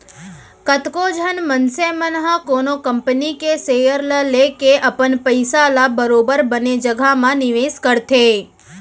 कतको झन मनसे मन ह कोनो कंपनी के सेयर ल लेके अपन पइसा ल बरोबर बने जघा म निवेस करथे